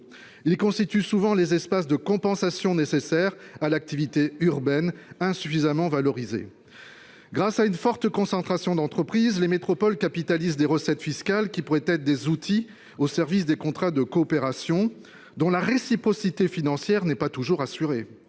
ils constituent souvent les espaces de compensation nécessaires à l'activité urbaine, insuffisamment valorisés. Grâce à une forte concentration d'entreprises, les métropoles capitalisent des recettes fiscales, qui pourraient être des outils au service de contrats de coopération, dont la réciprocité financière n'est pas toujours assurée.